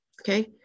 Okay